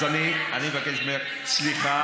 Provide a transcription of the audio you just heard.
אל תגיד לי "תשתקי".